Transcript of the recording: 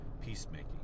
peacemaking